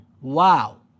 wow